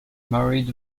married